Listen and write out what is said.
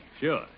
Sure